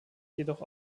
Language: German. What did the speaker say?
jedoch